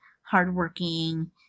hardworking